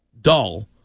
dull